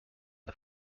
the